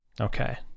okay